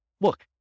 look